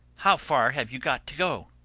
how far have you got to go?